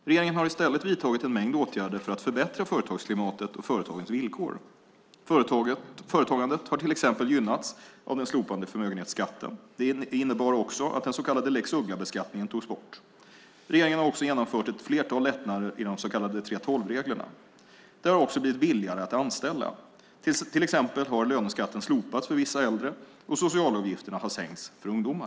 Regeringen har i stället vidtagit en mängd åtgärder för att förbättra företagsklimatet och företagens villkor. Företagandet har till exempel gynnats av den slopade förmögenhetsskatten. Det innebar också att den så kallade lex Ugglabeskattningen togs bort. Regeringen har också genomfört ett flertal lättnader i de så kallade 3:12-reglerna. Det har också blivit billigare att anställa. Till exempel har löneskatten slopats för vissa äldre, och socialavgifterna har sänkts för ungdomar.